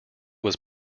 was